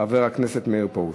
חבר הכנסת מאיר פרוש.